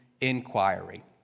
inquiry